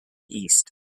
east